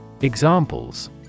Examples